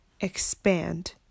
expand